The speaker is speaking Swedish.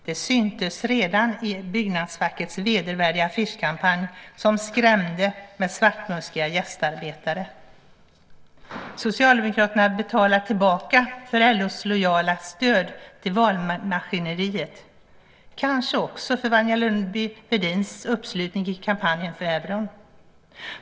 Det syntes redan i byggnadsfackets vedervärdiga affischkampanj som skrämde med svartmuskiga gästarbetare. Socialdemokraterna betalar tillbaka för LO:s lojala stöd till valmaskineriet och kanske också för Wanja Lundby-Wedins uppslutning i kampanjen för euron.